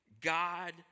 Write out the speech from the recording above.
God